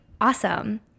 awesome